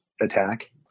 attack